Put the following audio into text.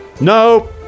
No